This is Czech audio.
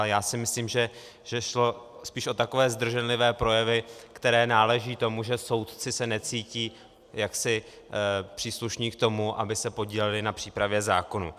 Já si myslím, že šlo spíš o takové zdrženlivé projevy, které náležejí tomu, že soudci se necítí jaksi příslušní k tomu, aby se podíleli na přípravě zákonů.